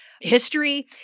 history